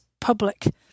public